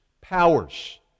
Powers